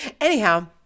Anyhow